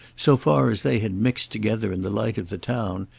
so far as they had mixed together in the light of the town,